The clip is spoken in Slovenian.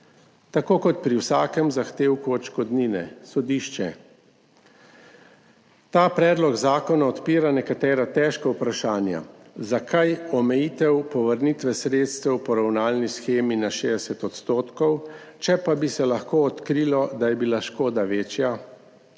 Tako kot pri vsakem zahtevku odškodnine – sodišče. Ta predlog zakona odpira nekatera težka vprašanja. Zakaj omejitev povrnitve sredstev v poravnalni shemi na 60 %, če pa bi se lahko odkrilo, da je bila škoda večja?